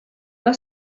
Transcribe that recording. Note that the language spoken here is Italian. una